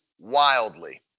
wildly